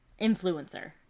influencer